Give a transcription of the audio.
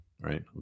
right